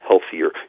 healthier